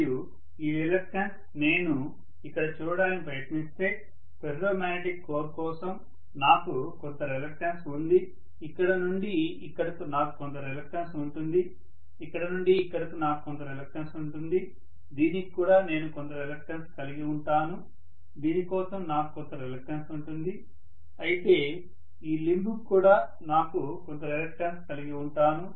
మరియు ఈ రిలక్టన్స్ నేను ఇక్కడ చూడటానికి ప్రయత్నిస్తే ఫెర్రో మ్యాగ్నెటిక్ కోర్ కోసం నాకు కొంత రిలక్టన్స్ ఉంది ఇక్కడ నుండి ఇక్కడకు నాకు కొంత రిలక్టన్స్ ఉంటుంది ఇక్కడ నుండి ఇక్కడకు నాకు కొంత రిలక్టన్స్ ఉంటుంది దీనికి కూడా నేను కొంత రిలక్టన్స్ కలిగి ఉంటాను దీని కోసం నాకు కొంత రిలక్టన్స్ ఉంటుంది అయితే ఈ లింబ్ కి కూడా నేను కొంత రిలక్టన్స్ కలిగి ఉంటాను